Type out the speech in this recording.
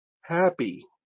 happy